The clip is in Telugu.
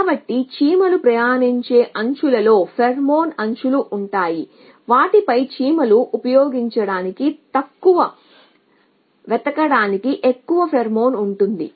కాబట్టి చీమలు ప్రయాణించే అంచులలో ఫెరోమోన్ అంచులు ఉంటాయి వాటిపై చీమలు ఉపయోగించటానికి తక్కువ వెతకడానికి ఎక్కువ ఫెరోమోన్ ఉంటుంది